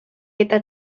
eta